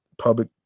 public